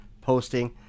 posting